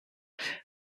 there